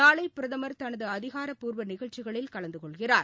நாளை பிரதமர் தனது அதிகாரப்பூர்வ நிகழ்ச்சிகளில் கலந்து கொள்கிறார்